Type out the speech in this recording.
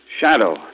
Shadow